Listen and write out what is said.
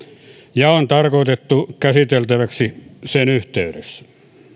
ja on tarkoitettu käsiteltäväksi sen yhteydessä